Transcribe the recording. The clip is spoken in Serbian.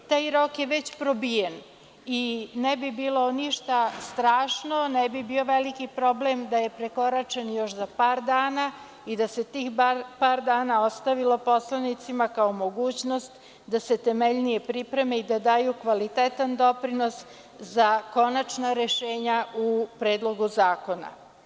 Taj rok je već probijen i ne bi bilo ništa strašno, ne bio veliki problem da je prekoračen za još par dana i da se tih par dana ostavilo poslanicima kao mogućnost da se temeljnije pripreme i da daju kvalitetan doprinos ua konačna rešenja u Predlogu zakona.